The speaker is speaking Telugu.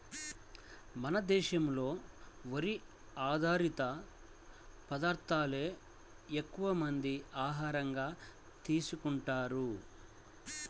మన దేశంలో వరి ఆధారిత పదార్దాలే ఎక్కువమంది ఆహారంగా తీసుకుంటన్నారు